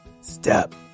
Step